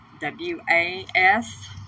W-A-S